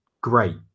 great